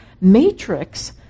matrix